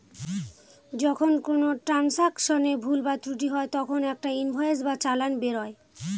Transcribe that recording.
যখন কোনো ট্রান্সাকশনে ভুল বা ত্রুটি হয় তখন একটা ইনভয়েস বা চালান বেরোয়